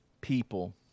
people